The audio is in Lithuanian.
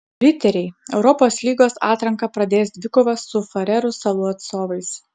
riteriai europos lygos atranką pradės dvikova su farerų salų atstovais